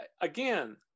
Again